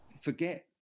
Forget